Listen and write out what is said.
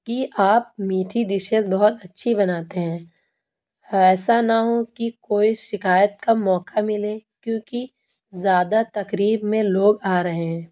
کہ آپ میٹھی ڈشز بہت اچھی بناتے ہیں ایسا نہ ہو کہ کوئی شکایت کا موقع ملے کیوںکہ زیادہ تقریب میں لوگ آ رہے ہیں